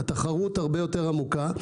התחרות הרבה יותר עמוקה,